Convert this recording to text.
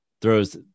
throws